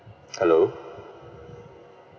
hello